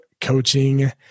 Coaching